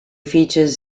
features